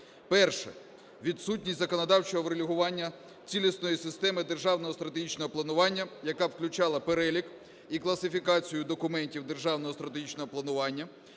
– відсутність законодавчого врегулювання цілісної системи державного стратегічного планування, яка б включала перелік і класифікацію документів державного стратегічного планування,